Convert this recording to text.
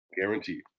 guaranteed